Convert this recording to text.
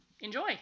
Enjoy